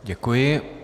Děkuji.